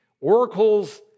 oracles